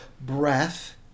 breath